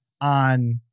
on